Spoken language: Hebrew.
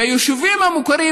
ביישובים המוכרים,